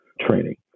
training